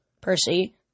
Percy